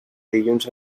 dilluns